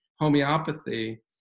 homeopathy